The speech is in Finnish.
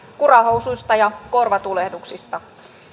kurahousuista ja korvatulehduksista